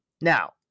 Now